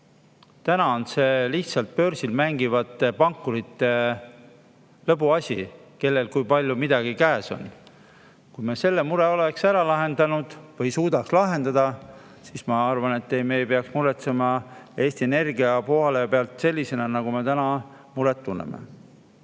on see lihtsalt börsil mängivate pankurite lõbuasi, kellel kui palju midagi käes on. Kui me oleks selle mure ära lahendanud või suudaks lahendada, siis ma arvan, et me ei peaks muretsema Eesti Energia poole pealt nii, nagu me täna muret tunneme.